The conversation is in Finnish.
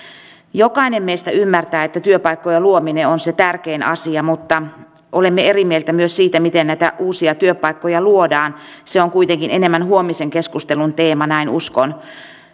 jokainen meistä ymmärtää että työpaikkojen luominen on se tärkein asia mutta olemme eri mieltä myös siitä miten näitä uusia työpaikkoja luodaan se on kuitenkin enemmän huomisen keskustelun teema näin uskon